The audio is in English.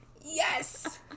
Yes